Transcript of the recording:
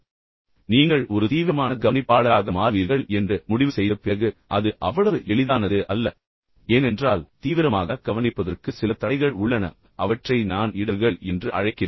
இப்போது நீங்கள் ஒரு தீவிரமான கவனிப்பாளராக மாறுவீர்கள் என்று முடிவு செய்த பிறகு அது அவ்வளவு எளிதானது அல்ல என்பதை நீங்கள் புரிந்து கொள்ள வேண்டும் ஏனென்றால் தீவிரமாக கவனிப்பதற்கு சில தடைகள் உள்ளன அவற்றை நான் இடர்கள் என்று அழைக்கிறேன்